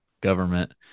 government